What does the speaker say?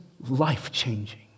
life-changing